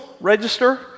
register